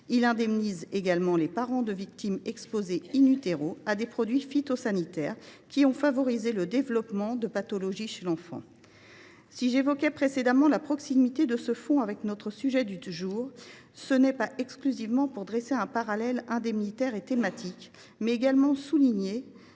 Il indemnise également les parents de victimes exposées à des produits phytosanitaires ayant favorisé le développement de pathologies chez l’enfant. Si j’évoquais précédemment la proximité de ce fonds avec notre sujet du jour, c’était non seulement pour dresser un parallèle indemnitaire et thématique, mais également pour souligner